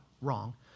wrong